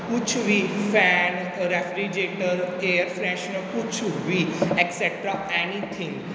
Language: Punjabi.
ਕੁਛ ਵੀ ਫੈਨ ਰੈਫਰੀਜੇਟਰ ਏਅਰ ਫਰੈਸ਼ਨਰ ਕੁਛ ਵੀ ਐਕਸੈਟਰਾ ਐਨੀਥਿੰਗ